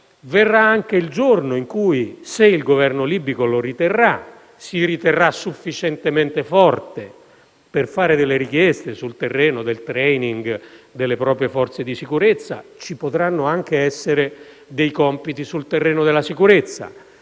Verrà anche il giorno in cui, se il Governo libico lo riterrà, se si considererà sufficientemente forte per fare delle richieste sul terreno del *training* delle proprie forze di sicurezza, ci potranno anche essere compiti su tale terreno,